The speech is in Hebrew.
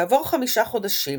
כעבור חמישה חודשים